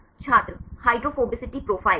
छात्र hydrophobicity profile